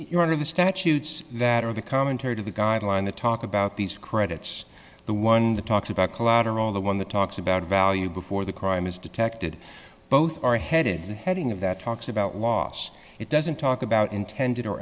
you're out of the statutes that are the commentary to the guideline to talk about these credits the one that talks about collateral the one that talks about value before the crime is detected both are headed the heading of that talks about loss it doesn't talk about intended